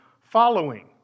following